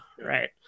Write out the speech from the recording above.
Right